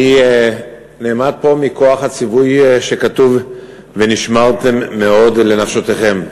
אני נעמד פה מכוח הציווי שכתוב "ונשמרתם מאד לנפשתיכם".